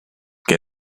que